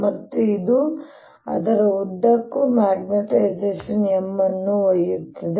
ಮತ್ತು ಇದು ಅದರ ಉದ್ದಕ್ಕೂ ಮ್ಯಾಗ್ನೆಟೈಸೇಶನ್ M ಅನ್ನು ಒಯ್ಯುತ್ತದೆ